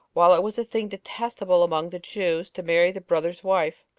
while it was a thing detestable among the jews to marry the brother's wife.